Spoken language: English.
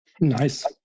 nice